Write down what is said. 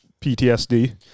PTSD